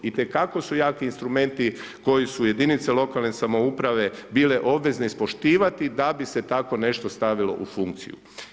Itekako su jaki instrumenti koje su jedinice lokalne samouprave, bile obveze ispoštivati da bi se tako nešto stavilo u funkciju.